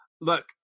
Look